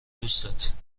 دوستت